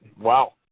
wow